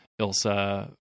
Ilsa